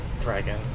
dragon